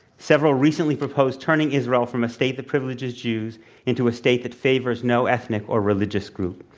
several recently proposed turning israel from a state that privileges jews into a state that favors no ethnic or religious group.